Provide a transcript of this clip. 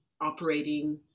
operating